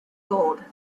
gold